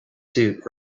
suit